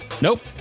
Nope